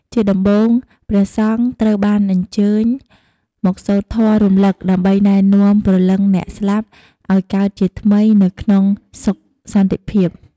ជាដំបូង ព្រះសង្ឃត្រូវបានអញ្ជើញមកសូត្រធម៌រលឹក ដើម្បីណែនាំព្រលឹងអ្នកស្លាប់ឲ្យកើតជាថ្មីនៅក្នុងសុខសន្តិភាព។